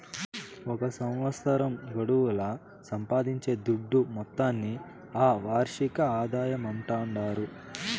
ఒక సంవత్సరం గడువుల సంపాయించే దుడ్డు మొత్తాన్ని ఆ వార్షిక ఆదాయమంటాండారు